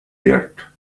dirt